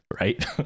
Right